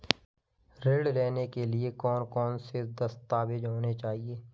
ऋण लेने के लिए कौन कौन से दस्तावेज होने चाहिए?